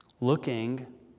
Looking